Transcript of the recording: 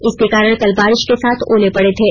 इसके कारण कल बारिष के साथ ओले पड़े थे